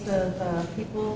the people